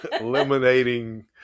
eliminating